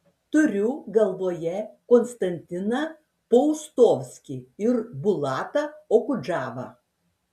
turiu galvoje konstantiną paustovskį ir bulatą okudžavą